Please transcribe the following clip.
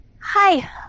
Hi